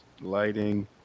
lighting